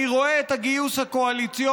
אני רואה את הגיוס הקואליציוני.